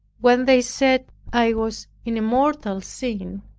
when they said, i was in a mortal sin,